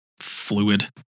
fluid